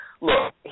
look